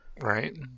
Right